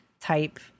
type